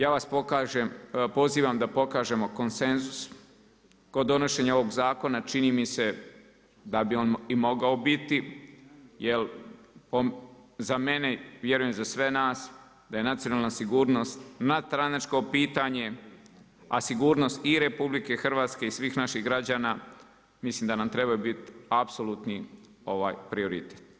Ja vas pozivam da pokažemo konsenzus, kod donošenja ovog zakona čini mi se da bi on i mogao biti jer za mene, a vjerujem za sve nas da je nacionalna sigurnost nadstranačko pitanje a sigurnost i RH i svih naših građana mislim da nam trebaju biti apsolutni prioritet.